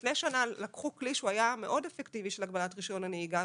לפני שנה לקחו כלי שהוא היה מאוד אפקטיבי של הגבלת רישיון הנהיגה,